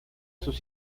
sus